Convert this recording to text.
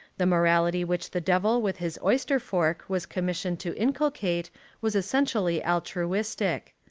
the morality which the devil with his oyster fork was commissioned to inculcate was essentially altruistic.